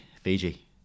Fiji